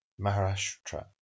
Maharashtra